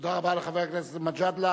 תודה רבה לחבר הכנסת מג'אדלה.